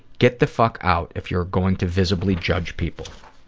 get the fuck out if you're going to visibly judge people.